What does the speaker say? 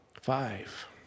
Five